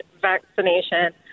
vaccination